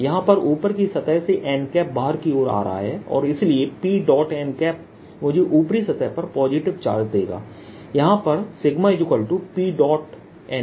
यहां पर ऊपर की सतह से n बाहर की ओर आ रहा है और इसलिए Pn मुझे ऊपरी सतह पर पॉजिटिव चार्ज Charge देगा यहां पर PnP